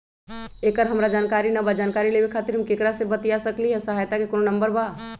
एकर हमरा जानकारी न बा जानकारी लेवे के खातिर हम केकरा से बातिया सकली ह सहायता के कोनो नंबर बा?